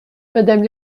madame